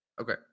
Okay